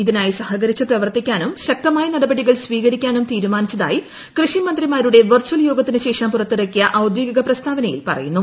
ഇതിനായി സഹകരിച്ച് പ്രവർത്ത്യിക്കാനും ശക്തമായ നടപടികൾ സ്വീകരിക്കാനും തീരുമാനിച്ചിത്രായി കൃഷിമന്ത്രിമാരുടെ വെർച്ചൽ യോഗത്തിനു ശേഷം പൂള്ളി്റക്കിയ ഔദ്യോഗിക പ്രസ്താവനയിൽ പറയുന്നു